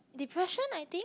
depression I think